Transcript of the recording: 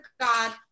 God